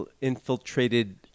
infiltrated